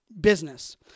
business